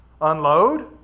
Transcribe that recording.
unload